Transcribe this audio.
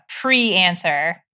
pre-answer